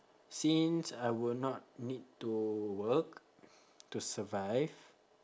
since I will not need to work to survive